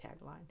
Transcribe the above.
tagline